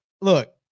look